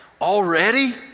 already